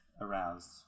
aroused